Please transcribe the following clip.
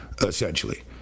Essentially